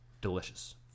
delicious